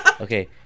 Okay